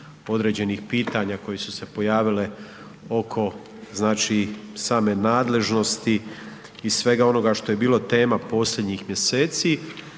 određenih pitanja koji su se pojavile oko znači same nadležnosti i svega onoga što je bilo tema posljednjih mjeseci,